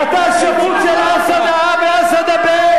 בטח.